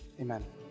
Amen